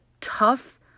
tough